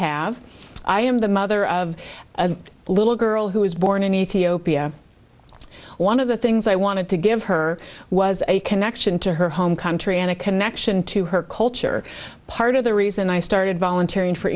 have i am the mother of a little girl who was born in ethiopia one of the things i wanted to give her was a connection to her home country and a connection to her culture part of the reason i started volunteering for